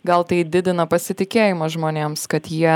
gal tai didina pasitikėjimą žmonėms kad jie